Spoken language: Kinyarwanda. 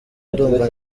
ndumva